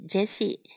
Jessie